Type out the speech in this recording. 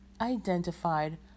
identified